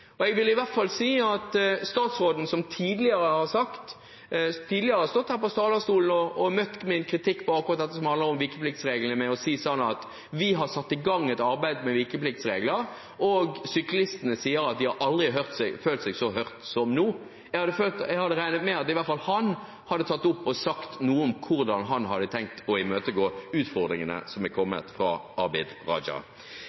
Jeg vil i hvert fall si at jeg hadde regnet med at statsråden, som tidligere har stått her på talerstolen og møtt min kritikk mot dette som handler om vikepliktsreglene, med å si at man har satt i gang et arbeid med vikepliktsregler, og syklistene sier at de har aldri følt seg så hørt som nå, i hvert fall hadde sagt noe om hvordan han hadde tenkt å imøtegå utfordringene som er